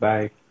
Bye